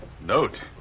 Note